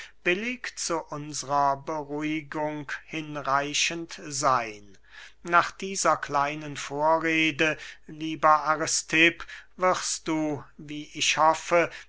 billig zu unsrer beruhigung hinreichend seyn nach dieser kleinen vorrede lieber aristipp wirst du wie ich hoffe